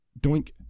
doink